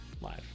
Live